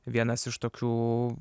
vienas iš tokių